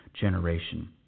generation